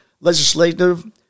legislative